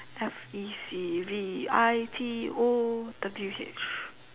F E C V I T O W H